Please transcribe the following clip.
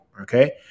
Okay